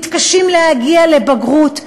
מתקשים להגיע לבגרות,